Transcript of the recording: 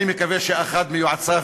אני מקווה שאחד מיועציו,